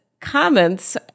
comments